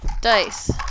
Dice